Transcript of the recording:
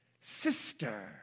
Sister